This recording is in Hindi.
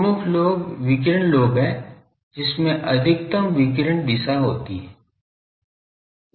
प्रमुख लोब विकिरण लोब है जिसमें अधिकतम विकिरण दिशा होती है